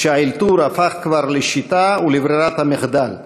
שהאלתור הפך כבר לשיטה ולברירת מחדל,